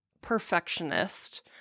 perfectionist